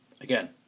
again